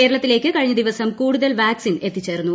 കേരള ത്തിലേക്ക് കഴിഞ്ഞ ദിവസം കൂടുതൽ വാക്സിൻ എത്തിച്ചേർന്നു